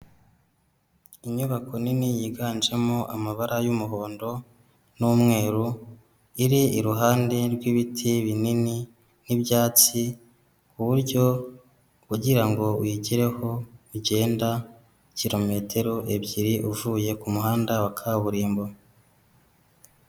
Inyubako nini yiganjemo amabara y'umuhondo n'umweru, iri iruhande rw'ibiti binini nk'ibyatsi ku buryo kugira ngo uyigereho ugenda kilometero ebyiri uvuye ku muhanda wa kaburimbo.